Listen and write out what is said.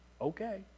Okay